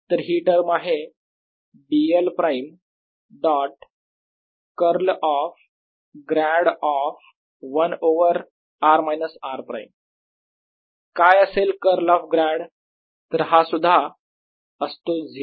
तर ही टर्म आहे dl prime dot curl of grad of 1 over r minus r prime काय असेल कर्ल ऑफ ग्रॅड तर हा सुद्धा असतो 0